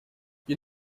you